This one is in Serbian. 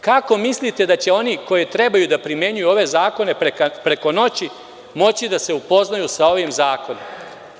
Kako mislite da će oni koji trebaju da primenjuju ove zakone, preko noći moći da se upoznaju sa ovim zakonima?